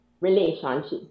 Relationship